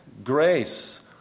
Grace